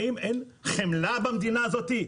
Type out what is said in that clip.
האם אין חמלה במדינה הזאת?